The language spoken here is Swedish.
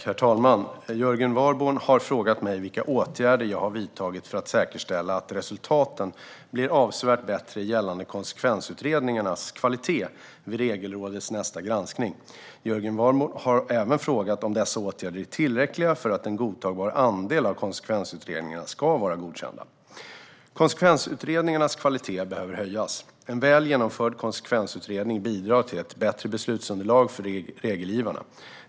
Herr talman! Jörgen Warborn har frågat mig vilka åtgärder jag har vidtagit för att säkerställa att resultaten ska bli avsevärt bättre gällande konsekvensutredningarnas kvalitet vid Regelrådets nästa granskning. Jörgen Warborn har även frågat om dessa åtgärder är tillräckliga för att en godtagbar andel av konsekvensutredningarna ska vara godkända. Konsekvensutredningarnas kvalitet behöver höjas. En väl genomförd konsekvensutredning bidrar till ett bättre beslutsunderlag för regelgivarna.